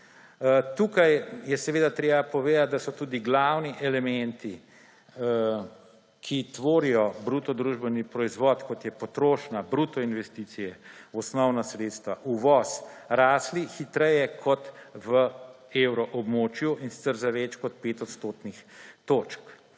Tukaj je seveda treba povedati, da so tudi glavni elementi, ki tvorijo BDP, kot je potrošnja, bruto investicije, osnovna sredstva, uvoz, rasli hitreje kot v evroobmočju, in sicer za več kot 5 odstotnih točk.